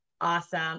Awesome